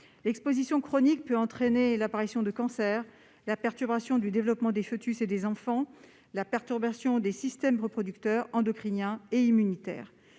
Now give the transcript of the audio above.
L'exposition chronique peut entraîner l'apparition de cancers, une perturbation du développement des foetus et des enfants et une perturbation des systèmes reproducteur, endocrinien et immunitaire.